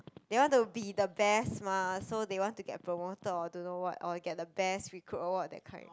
they want to be the best mah so they want to get promoted or don't know what or get the best recruit award that kind